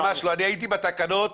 אני הייתי בדיונים בתקנות,